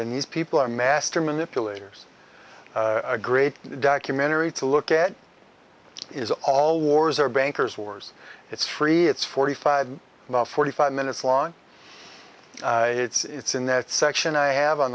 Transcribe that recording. and these people are master manipulators a great documentary to look at is all wars are bankers wars it's free it's forty five not forty five minutes long it's in that section i have on